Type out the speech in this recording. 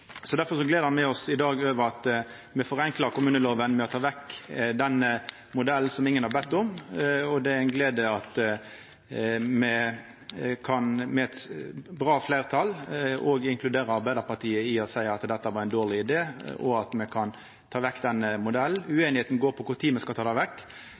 me oss i dag over at me forenklar kommuneloven ved å ta vekk den modellen som ingen har bedt om. Og det er ei glede at me med eit bra fleirtal òg kan inkludera Arbeidarpartiet i å seia at dette var ein dårleg idé, og at me kan ta vekk denne modellen. Ueinigheita går på kva tid me skal ta